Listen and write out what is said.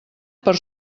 per